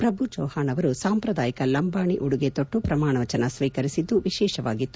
ಪ್ರಭು ಚೌಹಾಣ್ ಅವರು ಸಾಂಪ್ರದಾಯಿಕ ಲಂಬಾಣಿ ಉಡುಗೆ ತೊಟ್ಟು ಪ್ರಮಾಣವಚನ ಸ್ವೀಕರಿಸಿದ್ದು ವಿಶೇಷವಾಗಿತ್ತು